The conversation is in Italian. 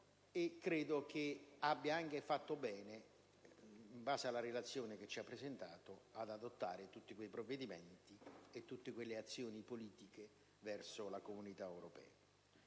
e credo che abbia anche fatto bene, in base alla relazione che ci ha presentato, ad adottare tutti quei provvedimenti e quelle azioni politiche verso la Comunità europea.